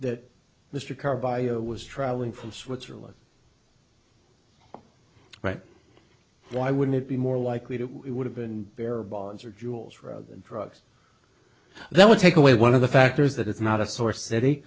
that mr carr bio was traveling from switzerland right why wouldn't it be more likely to would have been their bonds or jewels rather than drugs that would take away one of the factors that it's not a sore city